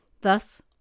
Thus